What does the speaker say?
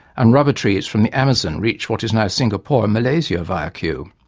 and rubber trees from the amazon reached what is now singapore and malaysia via kew.